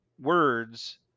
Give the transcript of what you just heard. words